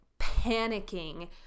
panicking